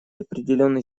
определенный